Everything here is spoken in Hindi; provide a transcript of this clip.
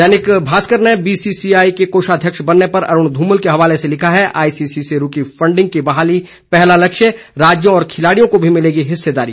दैनिक भास्कर ने बी सी सी आई के कोषाध्यक्ष बनने पर अरूण धूमल के हवाले से लिखा है आई सी सी से रूकी फंडिंग की बहाली पहला लक्ष्य राज्यों और खिलाड़ियों को भी मिलेगी हिस्सेदारी